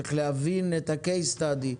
צריך להבין את ה-Case Study,